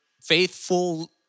faithful